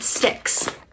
sticks